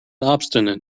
obstinate